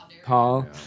Paul